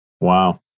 Wow